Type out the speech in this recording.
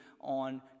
on